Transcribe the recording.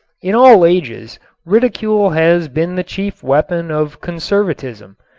in all ages ridicule has been the chief weapon of conservatism.